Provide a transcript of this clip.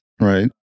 Right